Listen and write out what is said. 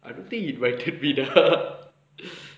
I don't think he invited me lah